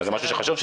זה משהו שחשוב,